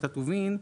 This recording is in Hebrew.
את הטובין,